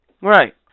Right